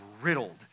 riddled